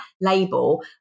label